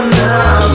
now